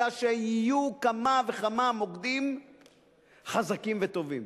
אלא שיהיו כמה וכמה מוקדים חזקים וטובים.